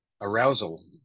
arousal